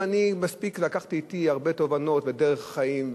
את האורחים?